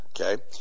okay